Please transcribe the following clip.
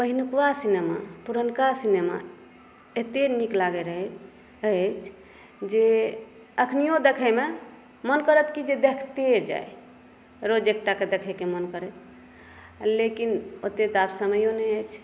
पहिनुक cinema पुरनका cinema एतय नीक लागै रहै अछि जे अखनियो देखय मे मोन करत की जे देखते जाइ रोज एकटक देखयके मोन करय लेकिन ओतय तऽ आब समयो नहि अछि